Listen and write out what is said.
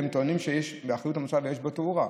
הם טוענים שהוא באחריות המועצה ויש בו תאורה.